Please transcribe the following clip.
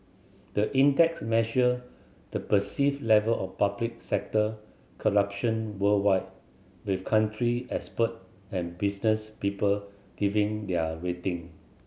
the index measure the perceived level of public sector corruption worldwide with country expert and business people giving their rating